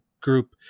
group